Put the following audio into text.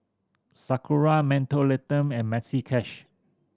Sakura Mentholatum and Maxi Cash